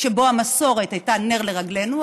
שבו המסורת הייתה נר לרגלינו,